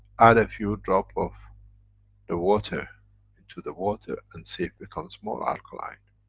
add a few drops of the water and to the water and see if it becomes more alkaline?